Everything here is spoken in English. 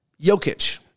Jokic